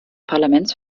parlaments